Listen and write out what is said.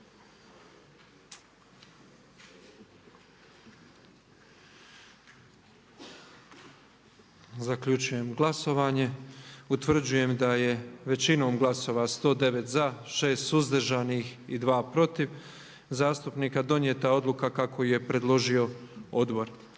Zaključujem glasovanje. Utvrđujem da je većinom glasova 109 za, 6 suzdržanih i 2 protiv zastupnika donijeta odluka kako ju je predložio Odbor.